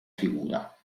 figura